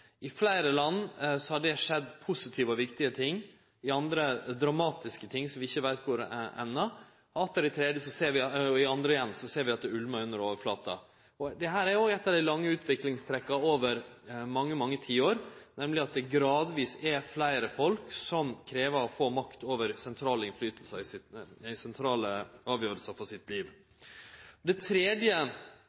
I fleire land har det skjedd positive og viktige ting, i andre land dramatiske ting – ting vi ikkje veit kor ender – og atter i andre land ser vi at det ulmar under overflata. Dette er òg eit av dei lange utviklingstrekka over mange, mange tiår – nemleg at det gradvis er fleire folk som krev å få makt over sentrale avgjersler i sitt liv. Det tredje